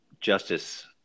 justice